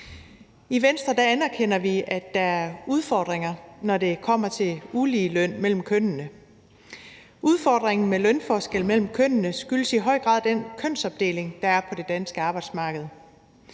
I Venstre anerkender vi, at der er udfordringer, når det kommer til uligeløn mellem kønnene. Udfordringen med lønforskel mellem kønnene skyldes i høj grad den kønsopdeling, der er på det danske arbejdsmarked.